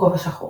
כובע שחור